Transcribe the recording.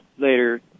later